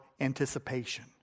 anticipation